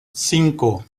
cinco